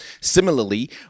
Similarly